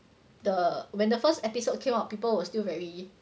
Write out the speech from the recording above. the when the first episode came out people were still very